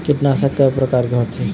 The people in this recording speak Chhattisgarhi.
कीटनाशक कय प्रकार के होथे?